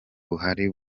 buhari